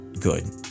good